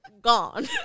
Gone